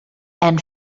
and